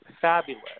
fabulous